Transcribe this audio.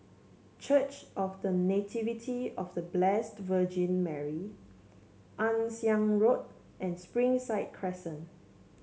Church of The Nativity of The Blessed Virgin Mary Ann Siang Road and Springside Crescent